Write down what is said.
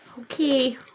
Okay